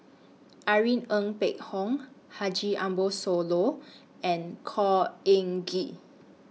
Irene Ng Phek Hoong Haji Ambo Sooloh and Khor Ean Ghee